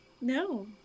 No